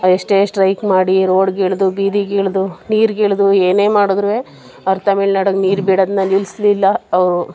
ಎಷ್ಟೇ ಸ್ಟ್ರೈಕ್ ಮಾಡಿ ರೋಡಿಗಿಳಿದು ಬೀದಿಗಿಳಿದು ನೀರಿಗಿಳಿದು ಏನೇ ಮಾಡಿದ್ರೂ ಅವ್ರು ತಮಿಳ್ನಾಡಿಗೆ ನೀರು ಬಿಡೋದನ್ನ ನಿಲ್ಲಿಸ್ಲಿಲ್ಲ ಅವರು